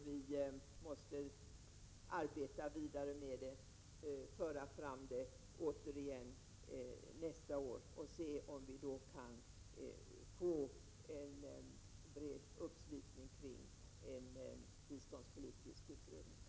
Vi måste arbeta vidare med det, föra fram det återigen nästa år och se om vi då kan få en bred uppslutning kring en biståndspolitisk utredning.